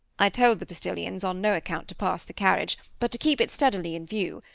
i told the postilions on no account to pass the carriage, but to keep it steadily in view,